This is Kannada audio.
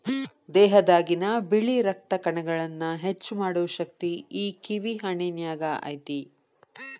ದೇಹದಾಗಿನ ಬಿಳಿ ರಕ್ತ ಕಣಗಳನ್ನಾ ಹೆಚ್ಚು ಮಾಡು ಶಕ್ತಿ ಈ ಕಿವಿ ಹಣ್ಣಿನ್ಯಾಗ ಐತಿ